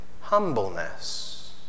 humbleness